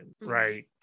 right